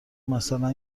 مثلا